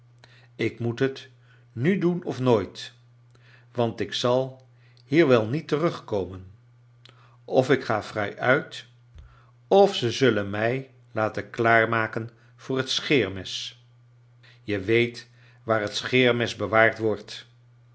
ik moet het nu doen of nooit want ik zal hier wel niet terugkomen of ik ga vrij uit of ze zullen mij laten klaarmaken voor het scheermes je weet waar het scheermes bewaard wordt